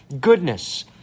goodness